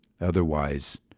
Otherwise